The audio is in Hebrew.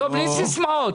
בלי סיסמאות.